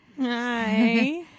Hi